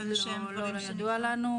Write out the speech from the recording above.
לא, לא ידוע לנו.